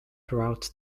throughout